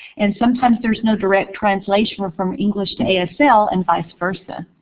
and sometimes there's no direct translation from english to asl and vice versa.